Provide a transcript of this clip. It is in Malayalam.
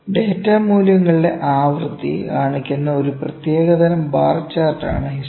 ഡാറ്റാ മൂല്യങ്ങളുടെ ആവൃത്തി കാണിക്കുന്ന ഒരു പ്രത്യേക തരം ബാർ ചാർട്ട് ആണ് ഹിസ്റ്റോഗ്രാം